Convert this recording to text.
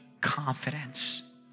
confidence